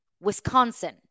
Wisconsin